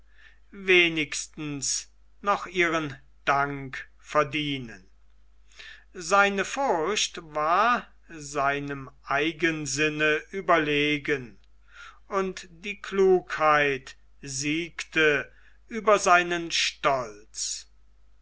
wenigstens noch ihren dank verdienen seine furcht war seinem eigensinn überlegen und die klugheit siegte über seinen stolz